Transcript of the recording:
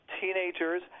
teenagers